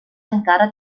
encara